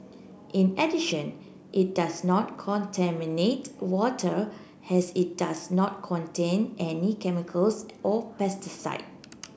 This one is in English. in addition it does not contaminate water as it does not contain any chemicals or pesticide